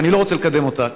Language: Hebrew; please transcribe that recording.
שאני לא רוצה לקדם אותה,